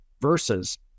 versus